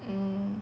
mm